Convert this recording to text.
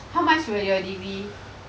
how much will your degree